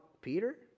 Peter